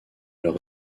leur